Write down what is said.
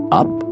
up